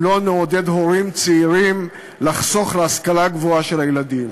אם לא נעודד הורים צעירים לחסוך להשכלה הגבוהה של הילדים.